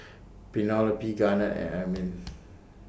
Penelope Garnett and Ermine